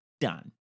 done